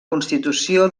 constitució